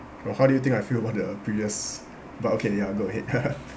or how do you think I feel about the previous but okay ya go ahead